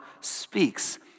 speaks